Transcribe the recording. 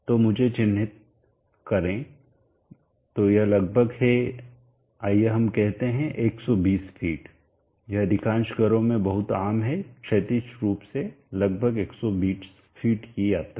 तो मुझे चिन्हित करें तो यह लगभग है आइए हम कहते हैं 120 फीट यह अधिकांश घरों में बहुत आम है क्षैतिज रूप से लगभग 120 फीट की यात्रा